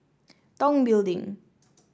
Tong Building